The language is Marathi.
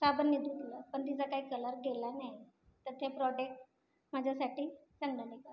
साबणनी धुतलं पण तिचा काही कलर गेला नाही तर ते प्रॉडेक माझ्यासाठी चांगलं निघालं